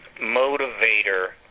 motivator